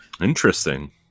Interesting